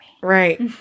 Right